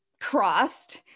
crossed